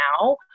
now